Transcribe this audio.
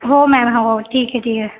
हो मॅम हो ठीक आहे ठीक आहे